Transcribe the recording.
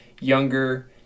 younger